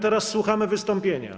Teraz słuchamy wystąpienia.